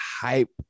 hype